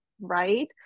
right